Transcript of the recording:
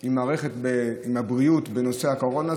של מערכת הבריאות עם נושא הקורונה,